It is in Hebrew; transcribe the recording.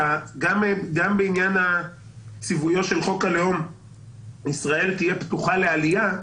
גם בעניין ציוויו של חוק הלאום שישראל תהיה פתוחה לעלייה,